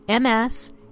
MS